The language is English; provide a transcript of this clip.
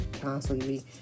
constantly